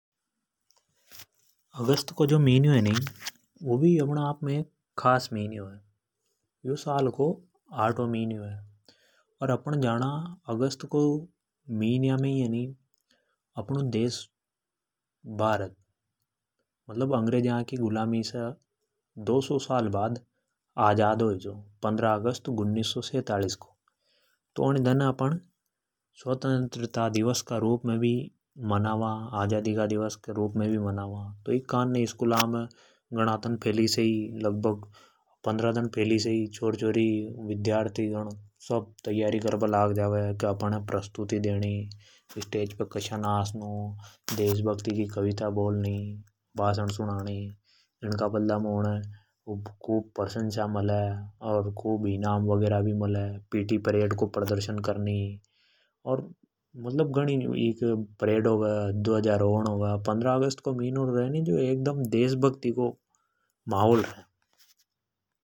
अगस्त को जो मिन्यो है नि वु भी है अपने आप में खास मि न्यो है। यो साल को आठवो महीने है। अर अपन जाना की अपनो देश भारत अंग्रेजा की गुलामी से दौ सौ साल बाद आजाद होई छो पंद्रह अगस्त उन्नीस सौ सैंतालिस को। तो अन दन है अपण स्वतंत्रता दिवस का रूप में भी मनावा। आजादी का दिवस का रूप में भी मनावा। तो ईके कानने स्कूल में गणा दन फैली से ही लगभग पंद्रह दिन पहले से ही छोर छोरी ,विद्यार्थी सब तैयारी गरबा लाग जावे। की मई कसा अपनी प्रस्तुति देनी स्टेज पर कसा देशभक्ति की कविता बोल णी भाषण देनी। ईका बदला मे उने खूब प्रशनसा मले खूब इनाम वगैरा भी मले । पीटी परेड को प्रदर्शन होवे, धवजारोहण होवे। मतलब अगस्त का मि न्या मे एकदम देशभक्ति को माहौल रे।